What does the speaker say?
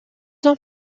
ans